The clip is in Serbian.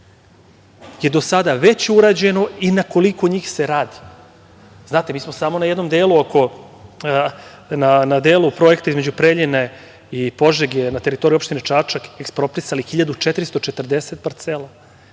je do sada već urađeno i na koliko njih se radi. Znate, mi smo samo na jednom delu projekta između Preljine i Požege, na teritoriji opštine Čačak, eksproprisali 1440 parcela.